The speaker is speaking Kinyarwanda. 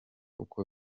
uko